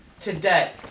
today